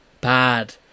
Bad